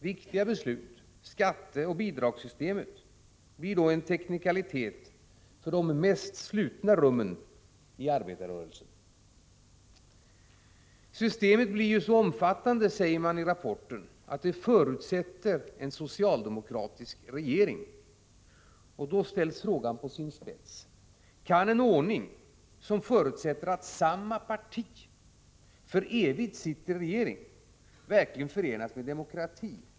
Viktiga beslut — om skatteoch bidragssystem — blir då en teknikalitet för de mest slutna rummen i arbetarrörelsen. Systemet blir så omfattande, säger man i rapporten, att det förutsätter en socialdemokratisk regering. Då ställs frågan på sin spets. Kan en ordning som förutsätter att samma parti för evigt sitter i regeringen verkligen förenas med demokrati?